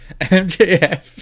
MJF